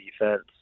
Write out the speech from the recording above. defense